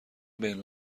بین